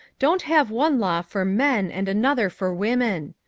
don't have one law for men and another for women.